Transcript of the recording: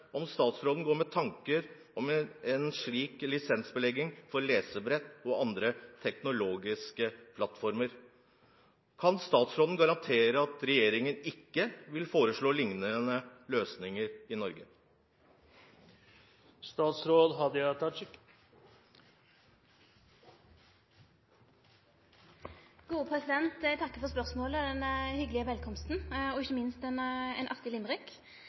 om statsråden går med tanker om en slik lisensbelegging for lesebrett og andre teknologiske plattformer. Kan statsråden garantere at regjeringen ikke vil foreslå lignende løsninger i Norge? Eg takkar for spørsmålet og den hyggelege velkomsten – og ikkje minst